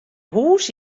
hûs